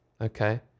okay